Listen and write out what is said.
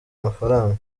amafaranga